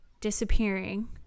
disappearing